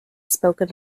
spoken